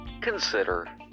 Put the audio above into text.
consider